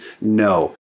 no